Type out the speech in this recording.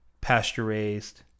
pasture-raised